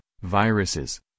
viruses